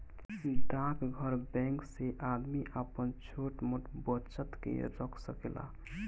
डाकघर बैंक से आदमी आपन छोट मोट बचत के रख सकेला